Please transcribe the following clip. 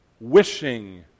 wishing